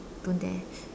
don't dare